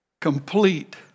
Complete